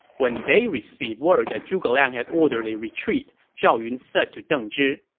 when they received word that zhuge liang had ordered a retreat, zhao yun said to deng zhi,